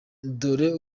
dore